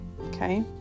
okay